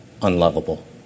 unlovable